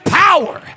power